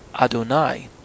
Adonai